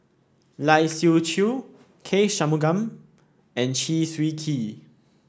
Lai Siu Chiu K Shanmugam and Chew Swee Kee